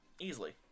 easily